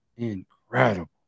incredible